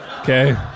Okay